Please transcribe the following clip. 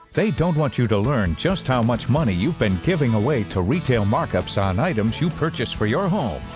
they don't want you to learn just how much money you've been giving away to retail markups on items you purchase for your home,